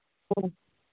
ꯑꯣ